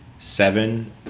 Seven